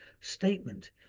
statement